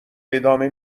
ادامه